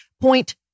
point